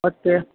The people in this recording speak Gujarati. અચ્છે